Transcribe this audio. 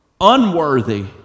unworthy